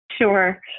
Sure